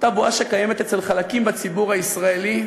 אותה בועה שקיימת אצל חלקים בציבור הישראלי.